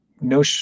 no